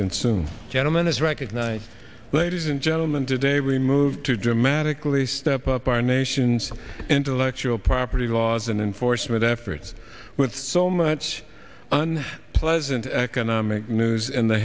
consume gentleman is recognized ladies and gentlemen today removed to dramatically step up our nation's intellectual property laws and enforcement efforts with so much pleasant economic news in the